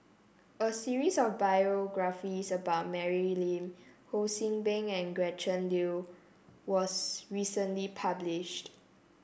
a series of biographies about Mary Lim Ho See Bing and Gretchen Liu was recently published